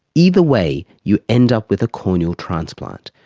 either way, you end up with a corneal transplant.